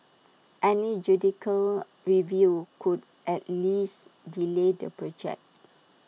any judicial review could at least delay the project